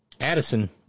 Addison